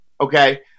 okay